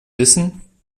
wissen